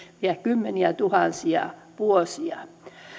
vielä kymmeniätuhansia vuosia